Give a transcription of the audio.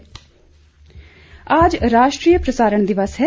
राष्ट्रीय प्रसारण दिवस आज राष्ट्रीय प्रसारण दिवस है